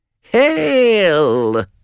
Hail